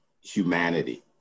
humanity